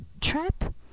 trap